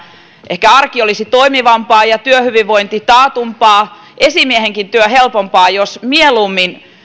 ehkä arki olisi toimivampaa ja työhyvinvointi taatumpaa ja esimiehenkin työ helpompaa jos mieluummin